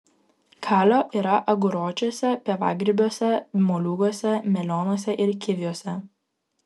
kalio yra aguročiuose pievagrybiuose moliūguose melionuose ir kiviuose